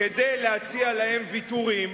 כדי להציע להם ויתורים,